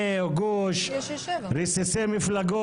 על האדמה החרוכה שהשאירו לנו בשנה וחצי האחרונות,